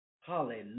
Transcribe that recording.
Hallelujah